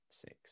Six